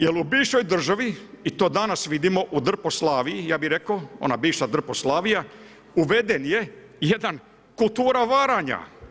Jer u bivšoj državi i to danas vidimo, u drposlaviji, ja bi rekao, ona bivša drposlavija, uvedena je jedna kultura varanja.